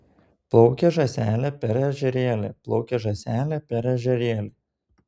plaukė žąselė per ežerėlį plaukė žąselė per ežerėlį